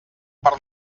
per